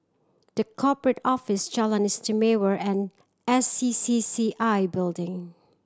The Corporate Office Jalan Istimewa and S C C C I Building